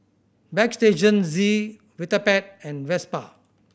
Bagstationz Vitapet and Vespa